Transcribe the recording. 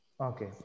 Okay